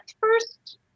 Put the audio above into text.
first